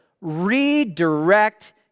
redirect